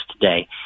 today